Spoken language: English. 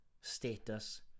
status